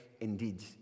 indeed